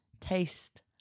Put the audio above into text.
Taste